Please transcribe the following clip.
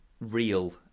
real